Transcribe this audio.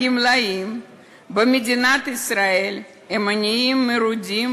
הגמלאים במדינת ישראל הם עניים מרודים,